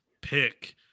pick